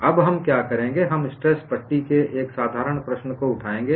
अब हम क्या करेंगे हम स्ट्रेस पट्टी के एक साधारण प्रश्न को उठाएंगे